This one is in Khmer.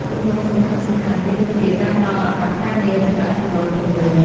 ទម្រង់សំខាន់ៗមានដូចជា ការផ្តល់ឱកាសការងារ និងប្រាក់ចំណូលជំនួស។